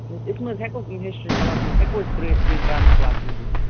أس ما حٲز یِم ہِسٹر کٔلاس ما حٲز ہیٚکو أس ترٲوِتھ ڈانس کٕلاس موٗجوٗب